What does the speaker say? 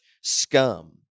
scum